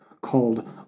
called